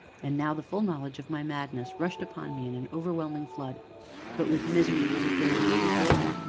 and now the full knowledge of my madness rushed upon me in an overwhelming flood but with misery was a great and mighty joy,